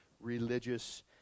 religious